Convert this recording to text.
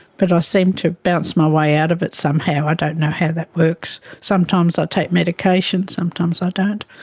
but i ah seem to bounce my way out of it somehow, i don't know how that works. sometimes i take medication, sometimes i don't.